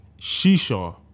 shisha